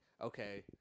okay